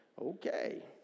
Okay